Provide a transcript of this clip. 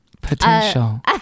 potential